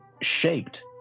shaped